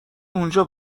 اونجا